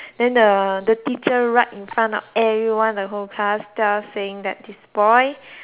then the the teacher right in front of everyone the whole class just saying that this boy